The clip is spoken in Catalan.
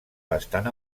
bastant